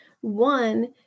One